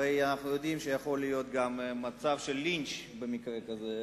הרי אנחנו יודעים שיכול להיות גם מצב של לינץ' במקרה כזה,